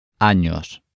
Años